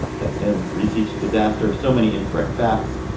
that's him. research disaster. so many incorrect facts.